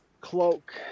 cloak